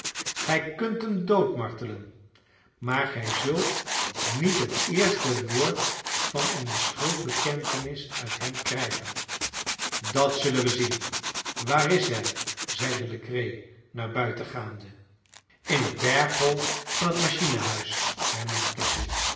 gij kunt hem doodmartelen maar gij zult niet het eerste woord van eene schuldbekentenis uit hem krijgen dat zullen wij zien waar is hij zeide legree naar buiten gaande in het berghol van het machinehuis hernam